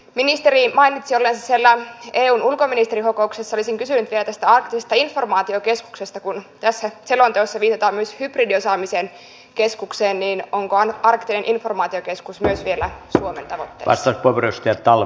ministeri mainitsi olleensa siellä eun ulkoministerikokouksessa olisin kysynyt vielä tästä arktisesta informaatiokeskuksesta kun tässä selonteossa viitataan myös hybridiosaamisen keskukseen niin onko arktinen informaatiokeskus myös vielä suomen tavoitteissa